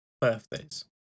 birthdays